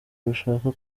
rushaka